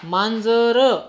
मांजर